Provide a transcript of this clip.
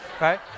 right